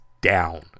down